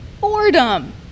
boredom